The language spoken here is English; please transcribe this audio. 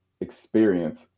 experience